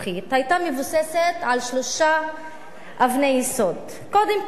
היתה מבוססת על שלוש אבני יסוד: קודם כול,